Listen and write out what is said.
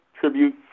tribute